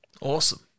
Awesome